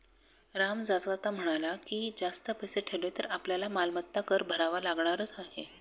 राम जाता जाता म्हणाला की, जास्त पैसे ठेवले तर आपल्याला मालमत्ता कर भरावा लागणारच आहे